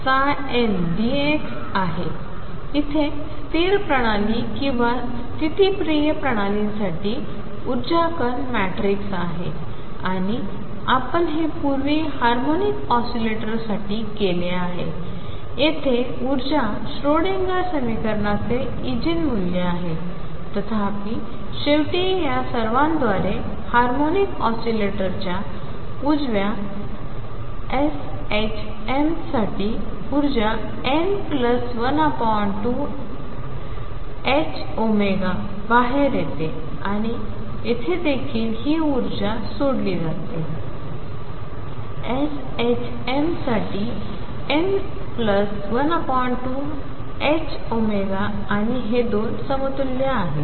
आहे येथे स्थिर प्रणाली किंवा स्थितिप्रिय प्रणालींसाठी ऊर्जा कर्ण मॅट्रिक्स आहे आणि आपण हे पूर्वी हार्मोनिक ऑसिलेटरसाठी केले आहे येथे ऊर्जा श्रोडिंगर समीकरणाचे ईगीन मूल्य आहे तथापि शेवटी या सर्वांद्वारे हार्मोनिक ऑसीलेटर च्या उजव्या s h m साठी ऊर्जा n12ℏω बाहेर येते आणि येथे देखील आम्ही ही ऊर्जा सोडवली आहे s h m साठी n12ℏω आणि हे दोन समतुल्य आहेत